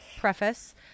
preface